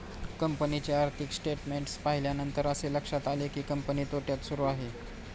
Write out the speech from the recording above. कंपनीचे आर्थिक स्टेटमेंट्स पाहिल्यानंतर असे लक्षात आले की, कंपनी तोट्यात सुरू आहे